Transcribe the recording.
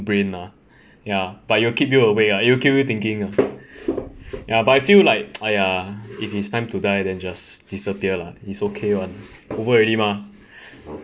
brain mah ya but it'll keep you awake lah it'll keep you thinking ya but I feel like !aiya! if it's time to die then just disappear lah it's okay [one] over already mah